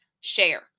share